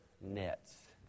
nets